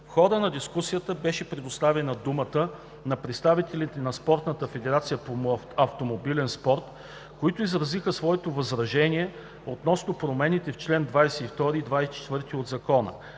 В хода на дискусията беше предоставена думата на представители на Спортната федерация по автомобилен спорт, които изразиха своето възражение относно промените в чл. 22 и 24 от Закона.